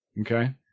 okay